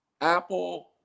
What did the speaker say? Apple